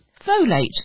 folate